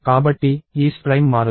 కాబట్టి e's prime మారదు